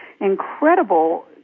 incredible